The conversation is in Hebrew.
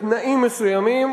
בתנאים מסוימים,